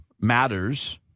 matters—